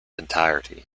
entirety